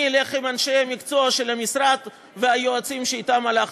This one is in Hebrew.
אני אלך עם אנשי המקצוע של המשרד והיועצים שאתם הלכנו,